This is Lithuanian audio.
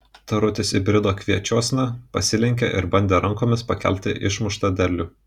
tarutis įbrido kviečiuosna pasilenkė ir bandė rankomis pakelti išmuštą derlių